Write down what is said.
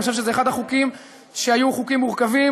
אני חושב שזה אחד החוקים שהיו חוקים מורכבים,